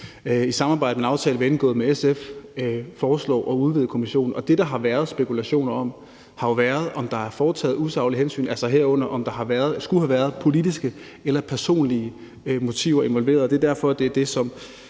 i samarbejde og en aftale, vi har indgået med SF, foreslår at udvide kommissionen. Det, der har været spekulationer om, har jo været, om der er foretaget usaglige hensyn, altså herunder om der skulle have været politiske eller personlige motiver involveret.